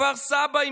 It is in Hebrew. כפר סבא,